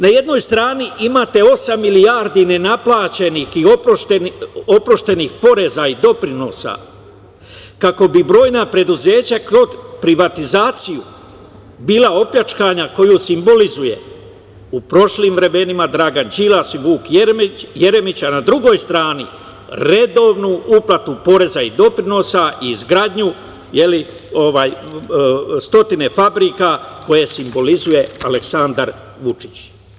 Na jednoj strani imate osam milijardi nenaplaćenih i oproštenih poreza i doprinosa kako bi brojna preduzeća kroz privatizaciju bila opljačkana, koju simbolizuju u prošlim vremenima Dragan Đilas i Vuk Jeremić, a na drugoj strani redovnu uplatu poreza i doprinosa i izgradnju stotine fabrika koje simbolizuje Aleksandar Vučić.